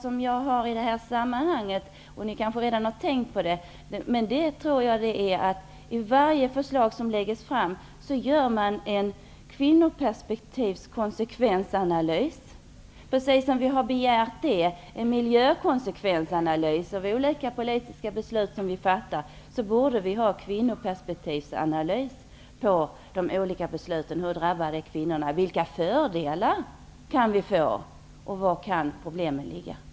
Jag har ett förslag - ni kanske redan har tänkt på det -, nämligen att man skall göra en kvinnoperspektivskonsekvensanalys av alla förslag som läggs fram. Vi begär ju miljökonsekvensanalyser vid olika politiska beslut som vi fattar. På samma sätt borde det göras kvinnoperspektivsanalyser av olika beslut. Hur drabbas kvinnor? Vilka fördelar kan vi få, och var kan problemen ligga? Det är några av de frågor som en sådan analys kan innehålla.